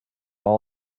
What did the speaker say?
all